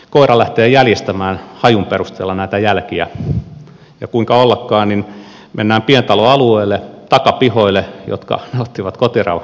koira lähtee jäljestämään hajun perusteella näitä jälkiä ja kuinka ollakaan mennään pientaloalueelle takapihoille jotka nauttivat kotirauhan suojaa